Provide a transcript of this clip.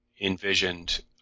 envisioned